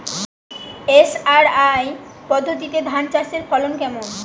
SRI পদ্ধতিতে ধান চাষের ফলন কেমন?